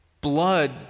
Blood